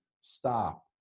stop